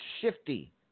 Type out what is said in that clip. shifty